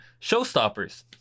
showstoppers